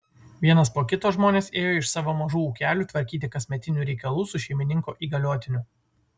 vienas po kito žmonės ėjo iš savo mažų ūkelių tvarkyti kasmetinių reikalų su šeimininko įgaliotiniu